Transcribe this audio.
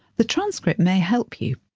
the transcript may help you.